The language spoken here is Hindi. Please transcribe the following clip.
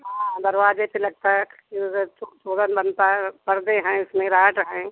हाँ दरवाज़े पर लगता है बनता है परदे हैं उसमें राड हैं